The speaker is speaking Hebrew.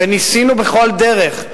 וניסינו בכל דרך,